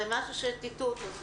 זה דבר שטאטאו אותו.